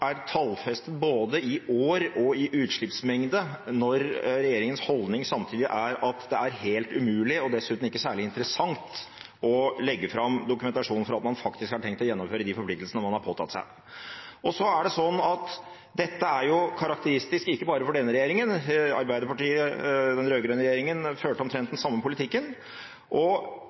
er tallfestet både i år og i utslippsmengde, når regjeringens holdning samtidig er at det er helt umulig, og dessuten ikke særlig interessant, å legge fram dokumentasjon på at man faktisk har tenkt å gjennomføre de forpliktelsene man har påtatt seg. Og så er det sånn at dette jo er karakteristisk ikke bare for denne regjeringen. Arbeiderpartiet, som del av den rød-grønne regjeringen, førte omtrent den samme politikken, og